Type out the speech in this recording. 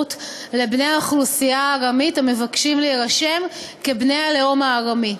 זכאות לבני האוכלוסייה הארמית המבקשים להירשם כבני הלאום הארמי.